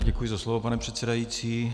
Děkuji za slovo, pane předsedající.